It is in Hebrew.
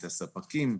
בקרב הספקים.